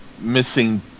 Missing